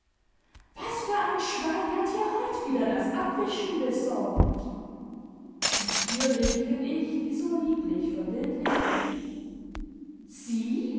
was für ein schwein hat hier heut wieder das abwischen besorgt natürlich bin ich die so lieblich verbildlichte sie